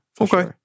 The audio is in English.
Okay